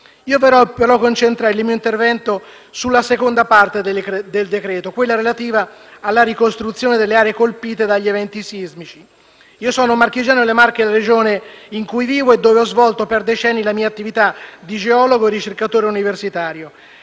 però concentrare il mio intervento sulla seconda parte del testo, quella relativa alla ricostruzione delle aree colpite dagli eventi sismici. Io sono marchigiano e la Regione Marche è quella in cui vivo e dove ho svolto per decenni la mia attività di geologo e di ricercatore universitario.